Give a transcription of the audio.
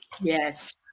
Yes